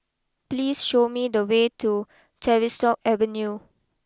please show me the way to Tavistock Avenue